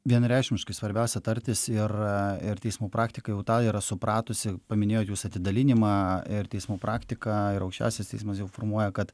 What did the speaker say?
vienareikšmiškai svarbiausia tartis ir ir teismų praktika jau tą yra supratusi paminėjot jūs atidalinimą ir teismų praktiką ir aukščiausias teismas informuoja kad